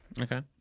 Okay